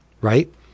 right